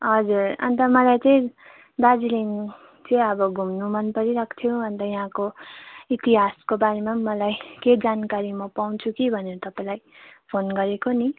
हजुर अन्त मलाई चाहिँ दार्जिलिङ चाहिँ अब घुम्नु मन परिरहेको थियो अन्त यहाँको इतिहासको बारेमा पनि मलाई केही जानकारी म पाउँछु कि भनेर तपाईँलाई फोन गरेको नि